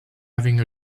having